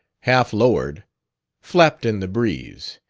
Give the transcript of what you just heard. half-lowered, flapped in the breeze,